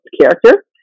character